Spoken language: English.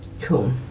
Cool